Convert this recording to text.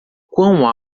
quão